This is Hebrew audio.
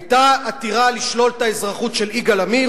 היתה עתירה לשלול את האזרחות של יגאל עמיר,